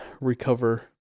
recover